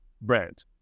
brand